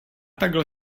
takhle